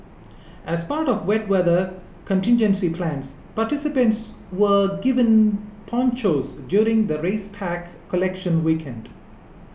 as part of wet weather contingency plans participants were given ponchos during the race pack collection weekend